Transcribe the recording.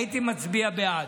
הייתי מצביע בעד.